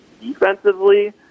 defensively